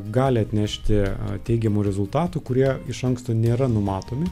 gali atnešti teigiamų rezultatų kurie iš anksto nėra numatomi